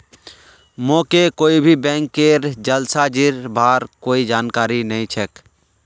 मोके कोई भी बैंकेर जालसाजीर बार कोई जानकारी नइ छेक